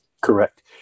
Correct